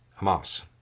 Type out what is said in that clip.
Hamas